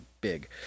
big